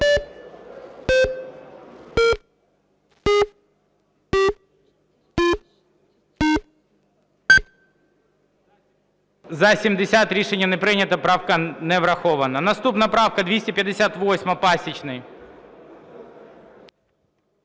За-70 Рішення не прийнято. Правка не врахована. Наступна правка 258, Пасічний.